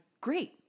great